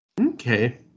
Okay